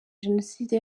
jenoside